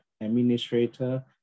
administrator